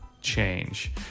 change